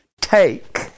take